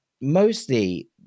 mostly